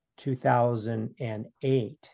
2008